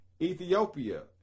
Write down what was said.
ethiopia